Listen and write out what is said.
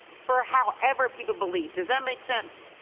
for however people believe. does that make sense?